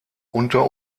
unter